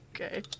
Okay